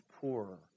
poorer